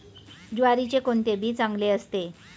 ज्वारीचे कोणते बी चांगले असते?